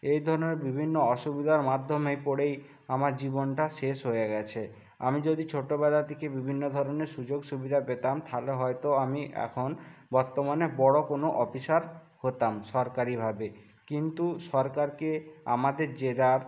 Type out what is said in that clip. এই ধরনের বিভিন্ন অসুবিধার মাধ্যমে পড়েই আমার জীবনটা শেষ হয়ে গিয়েছে আমি যদি ছোটবেলা থেকে বিভিন্ন ধরনের সুযোগ সুবিধা পেতাম তাহলে হয়তো আমি এখন বর্তমানে বড় কোনও অফিসার হতাম সরকারিভাবে কিন্তু সরকারকে আমাদের জেলার